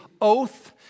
oath